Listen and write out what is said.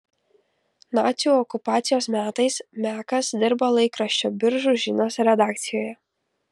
nacių okupacijos metais mekas dirbo laikraščio biržų žinios redakcijoje